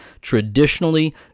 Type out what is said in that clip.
traditionally